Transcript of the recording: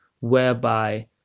whereby